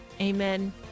amen